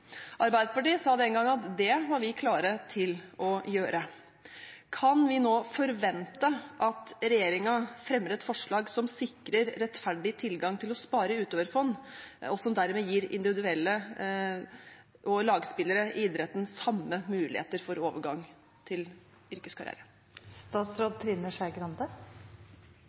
Arbeiderpartiet sa den gangen at det var vi klare til å gjøre. Kan vi nå forvente at regjeringen fremmer et forslag som sikrer rettferdig tilgang til å spare i utøverfond, og som dermed gir individuelle og lagspillere i idretten samme muligheter for overgang til